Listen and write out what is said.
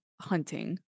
hunting